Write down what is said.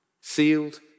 sealed